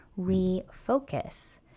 refocus